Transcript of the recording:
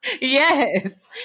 Yes